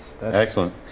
Excellent